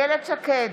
איילת שקד,